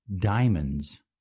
diamonds